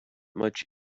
much